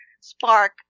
spark